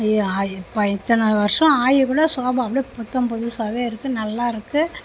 இப்போ இத்தனை வர்ஷம் ஆயிகூட சோஃபா அப்படியே புத்தம் புதுசாகவே இருக்கு நல்லாயிருக்கு